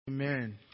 Amen